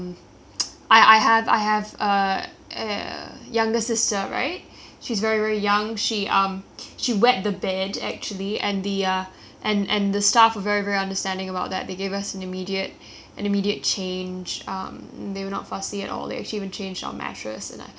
uh younger sister right she's very very young she um she wet the bed actually and the uh and and the staff very very understanding about that they gave us an immediate an immediate change um they were not fussy at all they actually even change our mattress and I I thought I thought that was I I really appreciated that